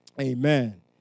Amen